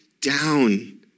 down